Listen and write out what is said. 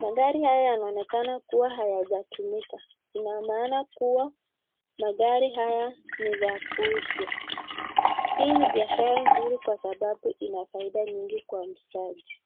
Magari haya yanaonekana kuwa hayajatumika, inamaana kuwa magari haya ni za kuuzwa. Hii ni biashara nzuri kwa sababu ina faida nyingi kwa muuzaji.